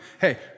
hey